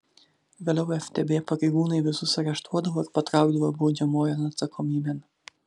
vėliau ftb pareigūnai visus areštuodavo ir patraukdavo baudžiamojon atsakomybėn